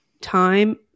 time